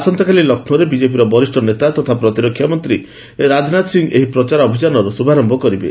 ଆସନ୍ତାକାଲି ଲକ୍ଷ୍ମୌରେ ବିଜେପିର ବରିଷ୍ଣ ନେତା ତଥା ପ୍ରତିରକ୍ଷା ମନ୍ତ୍ରୀ ରାଜନାଥ ସିଂ ଏହି ପ୍ରଚାର ଅଭିଯାନର ଶୁଭାରମ୍ଭ କରିବେ